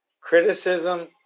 criticism